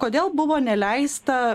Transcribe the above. kodėl buvo neleista